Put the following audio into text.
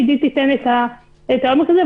עידית תיתן את העומק הזה.